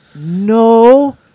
no